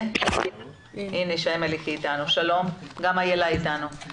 גם איילה ויינשטיין אתנו.